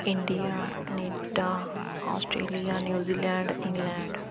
India Canada Australia New Zealand England